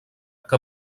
que